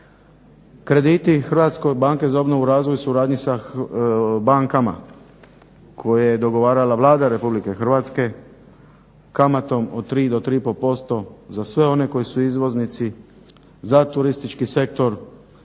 Krediti Hrvatske banke za obnovu i razvoj u suradnji sa bankama koje je dogovarala Vlada Republike Hrvatske, kamatom od 3 do 3,5% za sve one koji su izvoznici, za turistički sektor. Sredstva